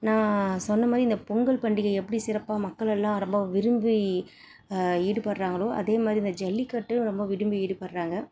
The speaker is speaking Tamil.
நான் சொன்ன மாதிரி இந்த பொங்கல் பண்டிகையை எப்படி சிறப்பாக மக்கள் எல்லாம் ரொம்ப விரும்பி ஈடுபடுறாங்களோ அதே மாதிரி இந்த ஜல்லிக்கட்டும் ரொம்ப விரும்பி ஈடுபடுறாங்க